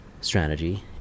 strategy